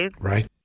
Right